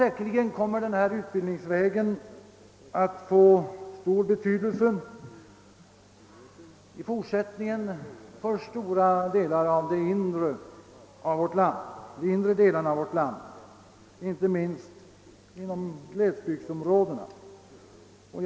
Denna utbildningsväg kommer säkerligen att få stor betydelse i fortsättningen inte minst inom glesbygdsområdena i vårt land.